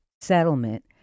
settlement